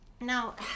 now